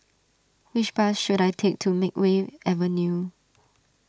which bus should I take to Makeway Avenue